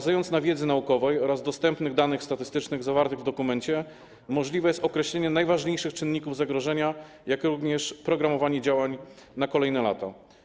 Dzięki wiedzy naukowej oraz dostępnych danych statystycznych zawartych w dokumencie możliwe jest określenie najważniejszych czynników zagrożenia, jak również programowanie działań na kolejne lata.